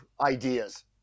ideas